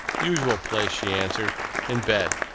usual place, she answered in bed.